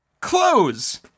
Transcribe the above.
close